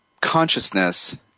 consciousness